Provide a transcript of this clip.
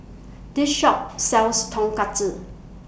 This Shop sells Tonkatsu